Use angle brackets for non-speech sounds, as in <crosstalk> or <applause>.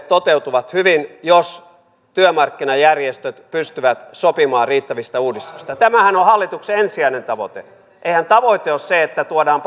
<unintelligible> toteutuvat hyvin jos työmarkkinajärjestöt pystyvät sopimaan riittävistä uudistuksista tämähän on hallituksen ensisijainen tavoite eihän tavoite ole se että tuodaan <unintelligible>